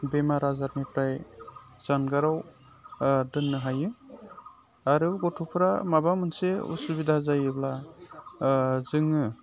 बेमार आजारनिफ्राय जानगाराव दोननो हायो आरो गथ'फोरा माबा मोनसे उसुबिदा जायोब्ला जोङो